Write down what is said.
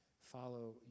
follow